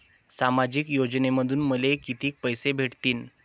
सामाजिक योजनेमंधून मले कितीक पैसे भेटतीनं?